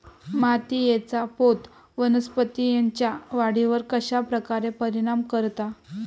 मातीएचा पोत वनस्पतींएच्या वाढीवर कश्या प्रकारे परिणाम करता?